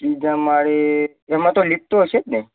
બીજા માળે એમાં તો લિફ્ટ તો હશે જ ને